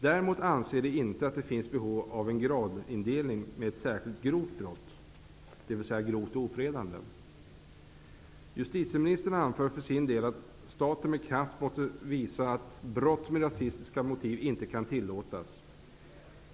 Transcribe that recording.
Däremot anser utskottsmajoriteten inte att det finns behov av en gradindelning med ett särskilt grovt brott, dvs. Justitieministern anför för sin del att staten med kraft måste visa att brott med rasistiska motiv inte kan tillåtas.